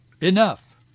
Enough